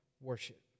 worship